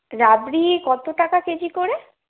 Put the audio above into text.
রাবড়ি কত টাকা কেজি করে